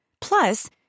Plus